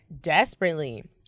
Desperately